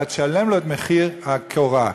אלא תשלם לו את מחיר הקורה.